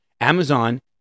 Amazon